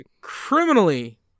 criminally